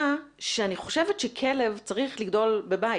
שאני חושבת שכלב צריך לגדול בבית.